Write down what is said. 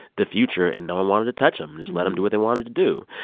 the future. and no one wanted to touch them. just let them do what they wanted to do.